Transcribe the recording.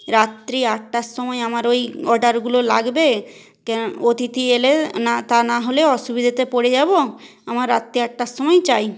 রাত্রি আটটার সময় আমার ওই অর্ডারগুলো লাগবে কেন অতিথি এলে না তা না হলে অসুবিধাতে পড়ে যাবো আমার রাত্রি আটটার সময় চাই